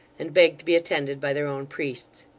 and begged to be attended by their own priests.